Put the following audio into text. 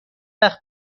وقت